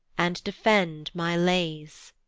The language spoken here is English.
and defend my lays.